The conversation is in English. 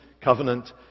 Covenant